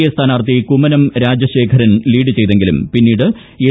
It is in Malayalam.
എ സ്ഥാനാർത്ഥി കുമ്മനം രാജശേഖരൻ ലീഡ് ചെയ്തെങ്കിലും പിന്നീട് എൽ